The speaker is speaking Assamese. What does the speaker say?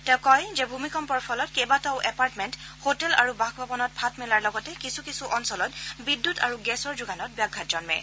তেওঁ কয় যে ভূমিকম্পৰ ফলত কেইবাটাও এপাৰ্টমেণ্ট হোটেল আৰু বাসভৱনত ফাঁট মেলাৰ লগতে কিছু কিছু অঞ্চলত বিদ্যুৎ আৰু গেছৰ যোগানত ব্যাঘাত জন্মে